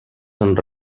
són